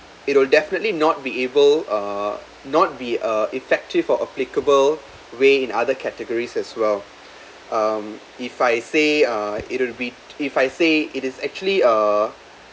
it'll definitely not be able uh not be uh effective or applicable way in other categories as well um if I say uh it'll be if I say it is actually uh